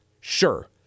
Sure